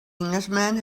englishman